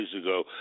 ago